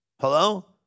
Hello